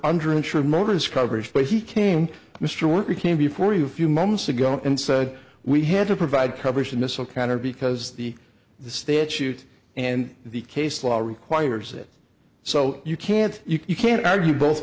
under insured motors coverage but he came mr worker came before you a few months ago and said we had to provide coverage to missile counter because the the statute and the case law requires it so you can't you can't argue both